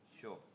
Sure